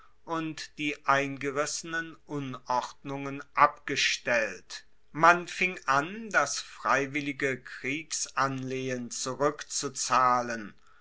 die eingerissenen unordnungen abgestellt man fing an das freiwillige kriegsanlehen zurueckzuzahlen